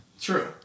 True